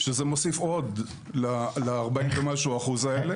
שזה מוסיף עוד ל-40% ומשהו האלה.